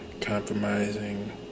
compromising